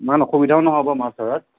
ইমান অসুবিধাও নহ'ব মাছ ধৰাত